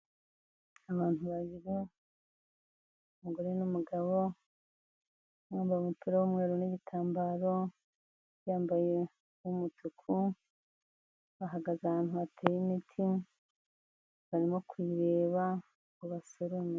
Abantu babiri, umugore n'umugabo, yambaye umupira w'umweru n'igitambaro, yambaye uw'umutuku, bahagaze ahantu hateye imiti barimo kuyireba ngo basorome.